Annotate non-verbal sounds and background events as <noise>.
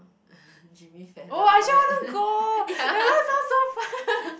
<laughs> Jimmy-Fallon all that <laughs> ya